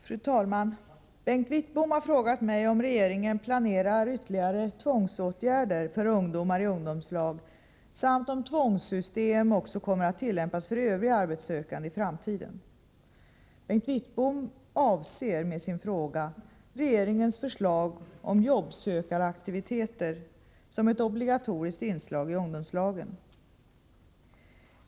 Fru talman! Bengt Wittbom har frågat mig om regeringen planerar ytterligare tvångsåtgärder för ungdomar i ungdomslag samt om tvångssystem också kommer att tillämpas för övriga arbetssökande i framtiden? Bengt Wittbom avser med sin fråga regeringens förslag om jobbsökaraktiviteter som ett obligatoriskt inslag i ungdomslagen.